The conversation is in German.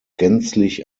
gänzlich